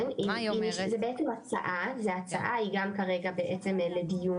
זו בעצם הצעה, זו הצעה והיא גם כרגע לדיון.